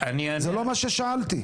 זה לא מה ששאלתי.